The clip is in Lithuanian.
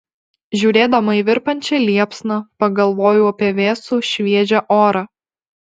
žiūrėdama į virpančią liepsną pagalvojau apie vėsų šviežią orą